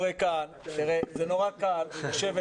נורא קל לשבת